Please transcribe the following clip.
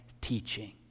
teaching